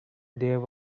there